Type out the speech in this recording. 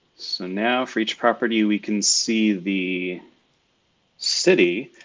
so now for each property, we can see the city.